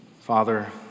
Father